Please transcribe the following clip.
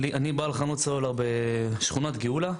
אני בעל חנות סלולר בשכונת גאולה.